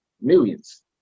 millions